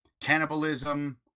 Cannibalism